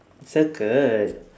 circle